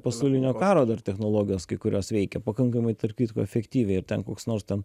pasaulinio karo dar technologijos kai kurios veikė pakankamai tarp kitko efektyviai ir ten koks nors ten